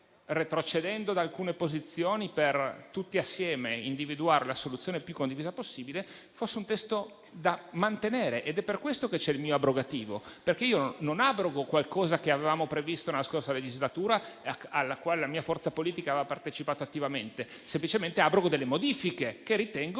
retrocedendo da alcune posizioni per individuare tutti assieme la soluzione più condivisa possibile, fosse da mantenere. Ed è per questo che c'è il mio emendamento abrogativo. Io non abrogo qualcosa che avevamo previsto nella scorsa legislatura, al quale la mia forza politica aveva partecipato attivamente; semplicemente, abrogo delle modifiche che ritengo